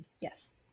Yes